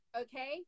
okay